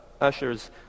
ushers